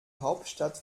hauptstadt